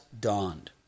dawned